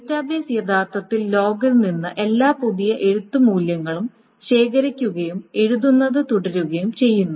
database യഥാർത്ഥത്തിൽ ലോഗിൽ നിന്ന് എല്ലാ പുതിയ എഴുത്ത് മൂല്യങ്ങളും ശേഖരിക്കുകയും എഴുതുന്നത് തുടരുകയും ചെയ്യുന്നു